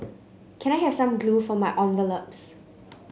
can I have some glue for my envelopes